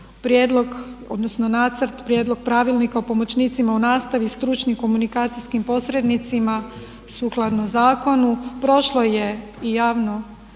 prijedlog odnosno nacrt, odnosno prijedlog pravilnika o pomoćnicima u nastavi i stručnim komunikacijskim posrednicima sukladno zakonu. Prošlo je i javno